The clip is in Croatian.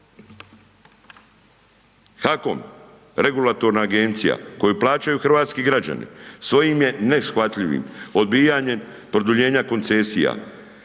HAKOM, regulatorna agencija koju plaćaju hrvatski građani svojim je neshvatljivim odbijanjem produljenja koncesija